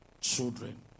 children